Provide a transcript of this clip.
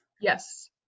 Yes